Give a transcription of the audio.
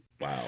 Wow